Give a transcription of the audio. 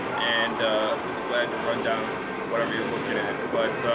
and we'll be glad to run down whatever you're looking at, but